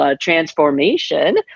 transformation